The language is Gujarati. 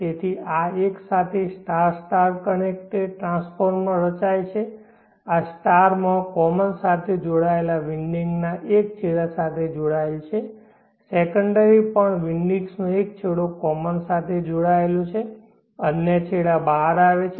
તેથી આ એકસાથે સ્ટાર સ્ટાર કનેક્ટેડ ટ્રાન્સફોર્મર રચાય છે આ સ્ટાર માં કોમન સાથે જોડાયેલ વિન્ડિંગના એક છેડા સાથે જોડાયેલ છે સેકન્ડરી પણ વિન્ડિંગ્સનો એક છેડો કોમન સાથે જોડાયેલ છે અન્ય છેડા બહાર આવે છે